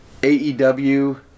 AEW